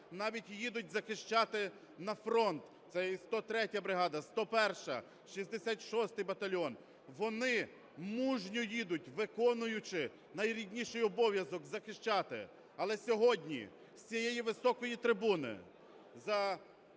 навіть їдуть захищати на фронт. Це і 103 бригада, 101-а, 66 батальйон. Вони мужньо їдуть, виконуючи найрідніший обов'язок – захищати. Але сьогодні з цієї високої трибуни за